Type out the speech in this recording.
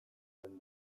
omen